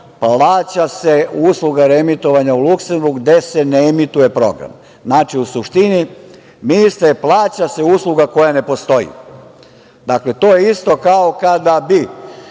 plaća se usluga reemitovanja u Luksemburgu gde se ne emituje program. Znači, u suštini, ministre, plaća se usluga koja ne postoji. To je isto kao kada bi